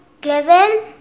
given